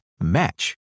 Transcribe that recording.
match